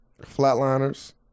Flatliners